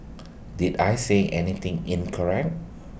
did I say anything in correct